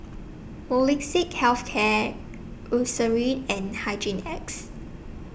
Molnylcke Health Care Eucerin and Hygin X